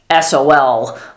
SOL